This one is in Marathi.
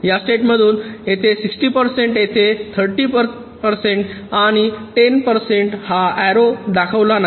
या स्टेटमधून येथे 60 टक्के येथे 30 टक्के आणि 10 टक्के हा एरो दाखवला नाही